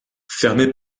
fermé